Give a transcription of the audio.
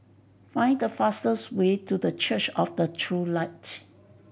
find the fastest way to The Church of the True Light